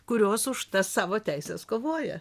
kurios už tas savo teises kovoja